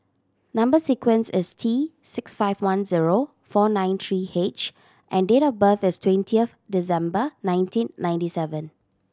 number sequence is T six five one zero four nine three H and date of birth is twentieth December nineteen ninety seven